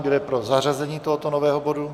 Kdo je pro zařazení tohoto nového bodu?